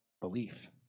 belief